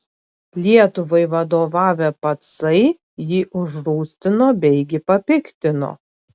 lietuvai vadovavę pacai jį užrūstino beigi papiktino